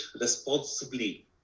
responsibly